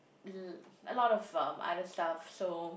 l~ a lot of um other stuff so